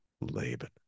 Laban